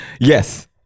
Yes